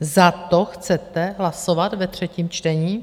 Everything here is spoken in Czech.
Za to chcete hlasovat ve třetím čtení?